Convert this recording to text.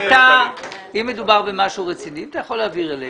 אם מדובר במשהו רציני, אתה יכול להעביר אלינו.